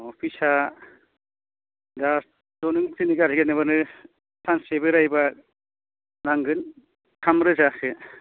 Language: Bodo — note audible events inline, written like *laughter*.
अह फिसा दाथ' नों *unintelligible* गारि गैयाबानो सानसे बेरायबा नांगोन थाम रोजासो